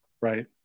right